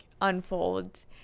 unfolds